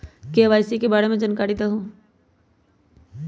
KYC के बारे में जानकारी दहु?